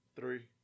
three